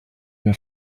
mehr